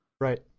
Right